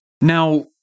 Now